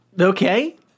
Okay